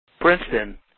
Princeton